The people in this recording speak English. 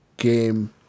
game